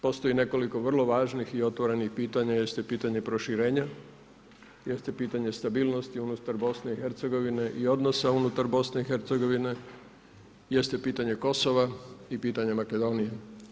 Postoje nekoliko vrlo važnih i otvorenih pitanja jeste pitanje proširenja, jeste pitanje stabilnosti unutar BiH i unutar odnosa BiH, jeste pitanje Kosova i pitanje Makedonije.